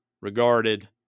regarded